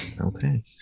okay